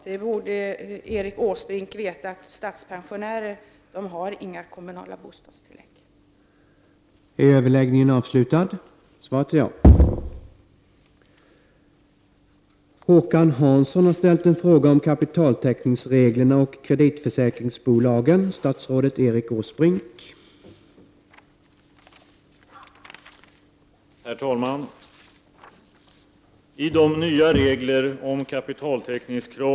Herr talman! Erik Åsbrink borde veta att statspensionärer inte har några kommunala bostadstillägg.